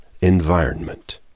environment